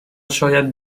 شاید